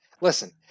Listen